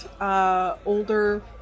older